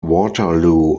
waterloo